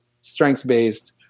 strengths-based